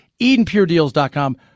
EdenPureDeals.com